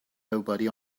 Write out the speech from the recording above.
nobody